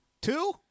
two